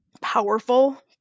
powerful